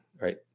Right